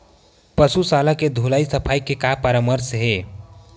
पशु शाला के धुलाई सफाई के का परामर्श हे?